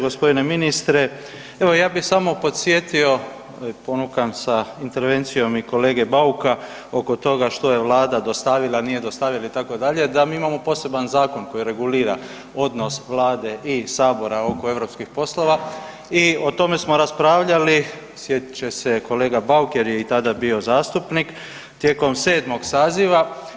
Gospodine ministre, evo ja bih samo podsjetio ponukan sa intervencijom i kolege Bauka oko toga što je Vlada dostavila, nije dostavila itd., da mi imamo poseban zakon koji regulira odnos Vlade i sabora oko europskih poslova i o tome smo raspravljali, sjetit će se kolega Bauk jer je i tada bio zastupnik tijekom 7-mog saziva.